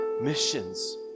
missions